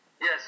Yes